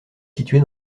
située